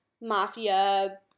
mafia